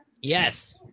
Yes